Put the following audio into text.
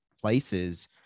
places